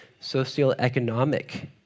socioeconomic